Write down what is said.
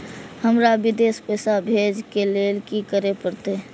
हमरा विदेश पैसा भेज के लेल की करे परते?